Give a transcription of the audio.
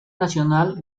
nacional